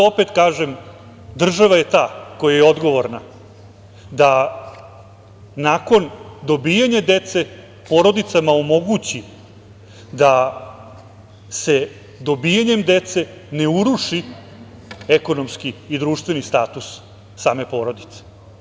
Zato opet kažem da je država ta koja je odgovorna da nakon dobijanja dece, porodicama omogući da se dobijanjem dece ne uruši ekonomski i društveni status same porodice.